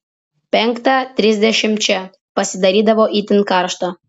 penktą trisdešimt čia pasidarydavo itin karšta